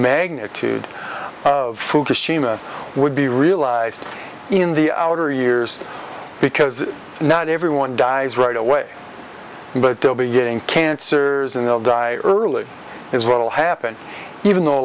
magnitude of fukushima would be real in the outer years because not everyone dies right away but they'll be getting cancers and they'll die early is what will happen even though a